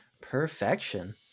Perfection